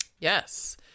Yes